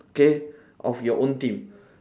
okay of your own team